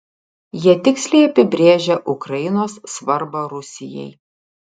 jie tiksliai apibrėžia ukrainos svarbą rusijai